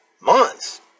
months